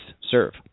serve